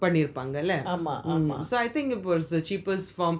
பண்ணி இருப்பாங்களா:panni irupangala so I think it was the cheapest form